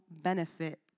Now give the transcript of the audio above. benefit